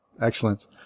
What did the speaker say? excellent